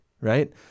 right